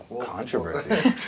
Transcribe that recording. controversy